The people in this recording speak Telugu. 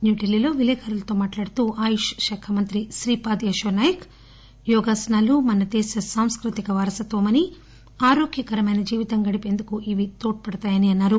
న్యూఢిల్లీలో విలేఖర్లతో మాట్లాడుతూ ఆయుష్ శాఖ మంత్రి శ్రీపాద్ యశో నాయక్ యోగాసనాలు మన దేశ సాంస్కృతిక వారసత్వంలోని ఆరోగ్యకరమైన జీవితం గడిపేందుకు ఇవి తోడ్పడతాయని ఆయన అన్నారు